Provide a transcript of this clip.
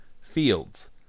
Fields